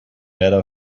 matter